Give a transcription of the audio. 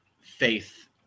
faith